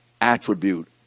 attribute